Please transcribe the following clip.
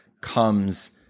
comes